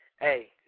Hey